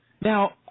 Now